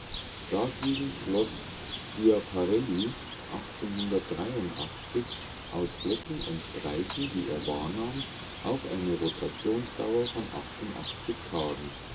dagegen schloße parallel aus flecken und streifen die er wahrnahm auf eine rotationsdauer von tagen